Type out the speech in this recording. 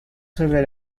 sobre